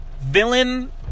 Villain